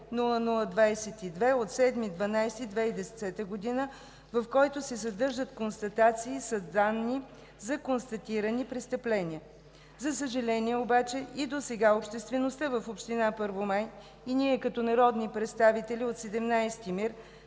от 7 декември 2010 г., в който се съдържат констатации с данни за констатирани престъпления. За съжаление, обаче и досега обществеността в община Първомай и ние като народни представители от 17-ти МИР